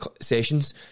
sessions